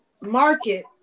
market